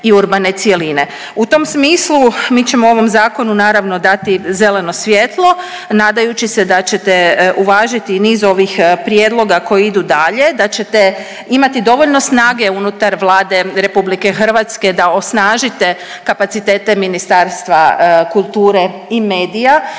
U tom smislu mi ćemo ovom zakonu naravno dati zeleno svjetlo nadajući se da ćete uvažiti i niz ovih prijedloga koji idu dalje, da ćete imati dovoljno snage unutar Vlade RH da osnažite kapacitete Ministarstva kulture i medija,